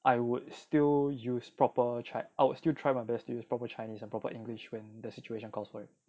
I would still use proper chi~ I would still try my best to use proper chinese and proper english when the situation calls for it